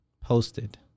posted